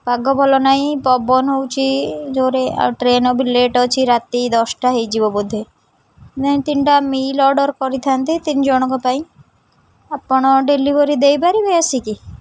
ପାଗ ଭଲ ନାହିଁ ପବନ ହେଉଛି ଜୋରେ ଆଉ ଟ୍ରେନ୍ ବି ଲେଟ୍ ଅଛି ରାତି ଦଶଟା ହେଇଯିବ ବୋଧେ ତିନିଟା ମିଲ୍ ଅର୍ଡ଼ର କରିଥାନ୍ତି ତିନିଜଣଙ୍କ ପାଇଁ ଆପଣ ଡେଲିଭରି ଦେଇପାରିବେ ଆସିକି